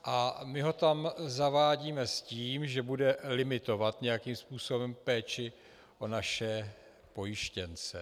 My ho tam zavádíme s tím, že bude limitovat nějakým způsobem péči o naše pojištěnce.